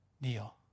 Kneel